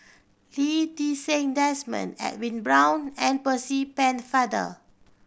Lee Ti Seng Desmond Edwin Brown and Percy Pennefather